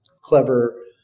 clever